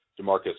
DeMarcus